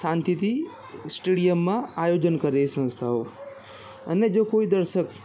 શાંતિથી સ્ટેડિયમમાં આયોજન કરે એ સંસ્થાઓ અને જો કોઈ દર્શક